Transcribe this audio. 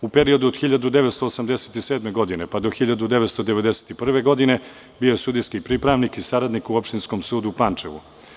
U periodu od 1987. pa do 1991. godine bio je sudijski pripravnik i saradnik u Opštinskom sudu u Pančevu.